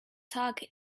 target